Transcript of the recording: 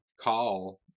call